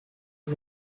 w’u